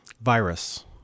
virus